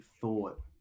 thought